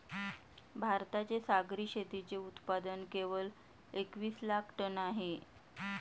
भारताचे सागरी शेतीचे उत्पादन केवळ एकवीस लाख टन आहे